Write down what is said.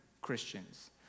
Christians